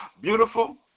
beautiful